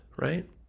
right